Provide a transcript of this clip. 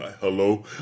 Hello